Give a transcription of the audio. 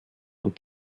und